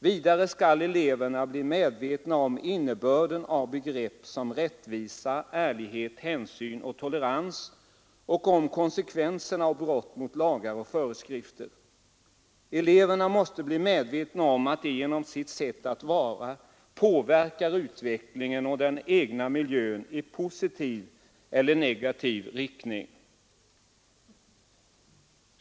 Vidare skall eleverna bli medvetna om innebörden av begrepp som rättvisa, ärlighet, hänsyn och tolerans och om konsekvensen av brott mot lagar och föreskrifter. Eleverna måste bli medvetna om att de genom sitt sätt att vara påverkar utvecklingen och den egna miljön i positiv eller negativ riktning.